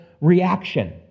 reaction